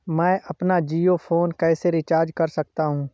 मैं अपना जियो फोन कैसे रिचार्ज कर सकता हूँ?